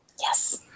Yes